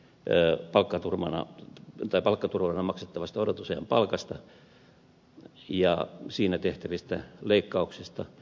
erbakan turmalla mitä palkkaturvana maksettavasta odotusajan palkasta ja siinä tehtävistä leikkauksista